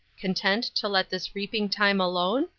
content to let this reaping time alone?